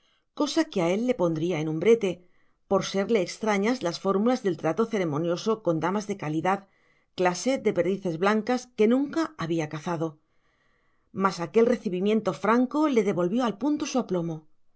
cosa que a él le pondría en un brete por serle extrañas las fórmulas del trato ceremonioso con damas de calidad clase de perdices blancas que nunca había cazado mas aquel recibimiento franco le devolvió al punto